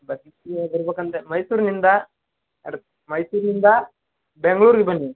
ಬಸ್ಸಿಗೆ ಬರ್ಬೇಕು ಅಂದರೆ ಮೈಸೂರಿನಿಂದ ಅರೆ ಮೈಸೂರಿಂದ ಬೆಂಗ್ಳೂರಿಗೆ ಬನ್ನಿ